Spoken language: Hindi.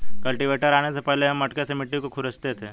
कल्टीवेटर आने से पहले हम मटके से मिट्टी को खुरंचते थे